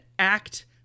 Act